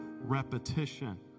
repetition